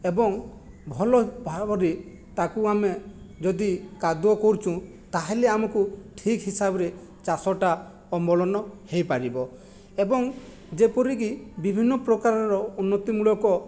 ଏବଂ ଭଲ ଭାବରେ ତାକୁ ଆମେ ଯଦି କାଦୁଅ କରୁଚୁଁ ତାହେଲେ ଆମକୁ ଠିକ୍ ହିସାବରେ ଚାଷଟା ଅମଳନ ହୋଇପାରିବ ଏବଂ ଯେପରିକି ବିଭିନ୍ନ ପ୍ରକାରର ଉନ୍ନତିମୂଳକ